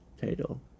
title